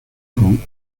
con